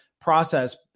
process